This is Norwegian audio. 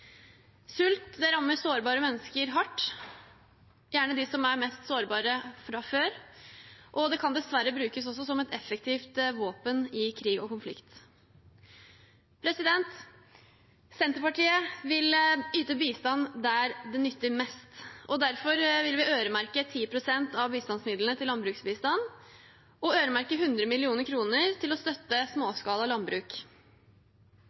Sult rammer sårbare mennesker hardt, gjerne de som er mest sårbare fra før, og det kan dessverre også brukes som et effektivt våpen i krig og konflikt. Senterpartiet vil yte bistand der det nytter mest. Derfor vil vi øremerke 10 pst. av bistandsmidlene til landbruksbistand og øremerke 100 mill. kr til å støtte